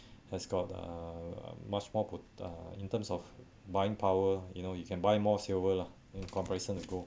has got uh much more uh in terms of buying power you know you can buy more silver lah in comparison to gold